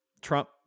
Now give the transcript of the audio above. Trump